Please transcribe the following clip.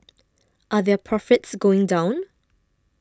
are their profits going down